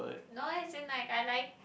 no as in like I like